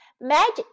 Magic